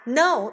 no